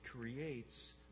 creates